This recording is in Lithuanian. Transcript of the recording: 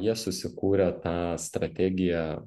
jie susikūrė tą strategiją